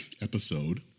episode